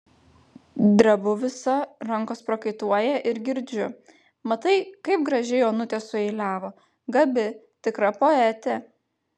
drebu visa rankos prakaituoja ir girdžiu matai kaip gražiai onutė sueiliavo gabi tikra poetė